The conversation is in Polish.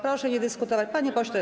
Proszę nie dyskutować, panie pośle.